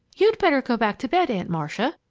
you'd better go back to bed, aunt marcia.